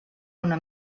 una